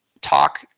talk